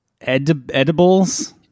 edibles